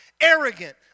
arrogant